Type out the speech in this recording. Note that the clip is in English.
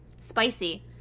Spicy